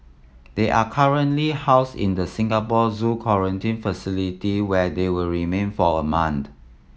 they are currently housed in the Singapore Zoo quarantine facility where they will remain for a month